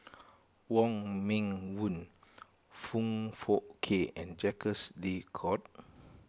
Wong Meng Voon Foong Fook Kay and Jacques De Coutre